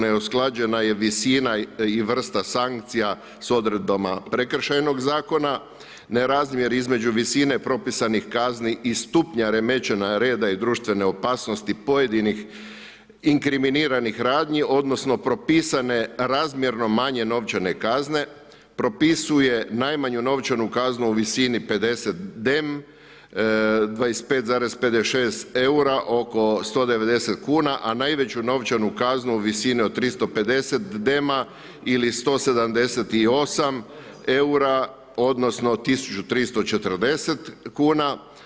Neusklađena je visina i vrsta sankcija s odredbama prekršajnog zakona, nerazmjer između visine propisanih kazni i stupnja remećenja reda i društvene opasnosti pojedinih inkriminiranih radnji odnosno propisane razmjerno manje novčane kazne, propisuje najmanju novčanu kaznu u visini 50 DEM, 25,56 eura, oko 190 kuna, a najveću novčanu kaznu u visini od 350 DEM ili 178 eura odnosno 1340 kuna.